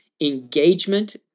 engagement